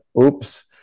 oops